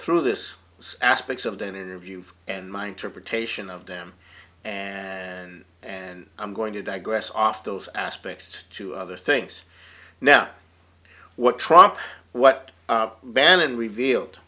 through this aspects of them interview and my interpretation of them and and i'm going to digress off those aspects to other things now what trump what bannon revealed